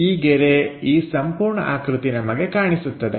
ಈ ಗೆರೆ ಈ ಸಂಪೂರ್ಣ ಆಕೃತಿ ನಮಗೆ ಕಾಣಿಸುತ್ತದೆ